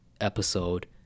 episode